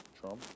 Trump